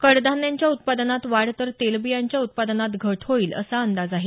कडधान्यांच्या उत्पादानात वाढ तर तेलबियांच्या उत्पादनात घट होईल असा अंदाज आहे